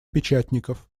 печатников